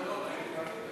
בבקשה.